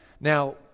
now